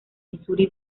missouri